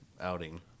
outing